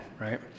right